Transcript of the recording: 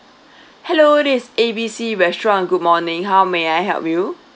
hello this is A B C restaurant good morning how may I help you